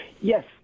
Yes